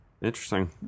Interesting